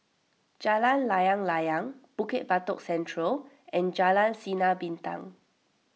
Jalan Layang Layang Bukit Batok Central and Jalan Sinar Bintang